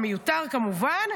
המיותר, כמובן,